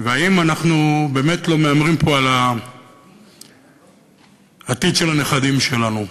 והאם אנחנו באמת לא מהמרים פה על העתיד של הנכדים שלנו?